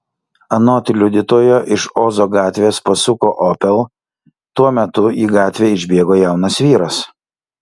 anot liudytojo iš ozo gatvės pasuko opel tuo metu į gatvę išbėgo jaunas vyras